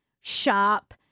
sharp